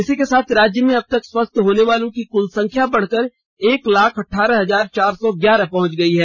इसी के साथ राज्य में अब तक स्वस्थ होनेवालों की कुल संख्या बढ़कर एक लाख अठारह हजार चार सौ ग्यारह पहुंच गई है